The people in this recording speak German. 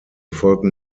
folgten